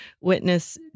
witness